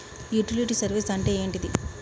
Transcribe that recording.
Utility service అంటే ఏంటిది?